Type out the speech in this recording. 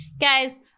guys